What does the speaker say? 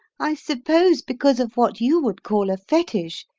i suppose because of what you would call a fetich,